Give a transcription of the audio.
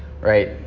right